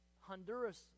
Honduras